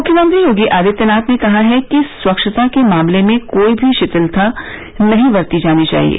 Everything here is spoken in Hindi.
मुख्यमंत्री योगी आदित्यनाथ ने कहा है कि स्वच्छता के मामले में कोई भी शिथिलता नहीं बरती जानी चाहिये